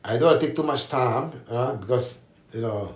I don't want to take too much time ah because you know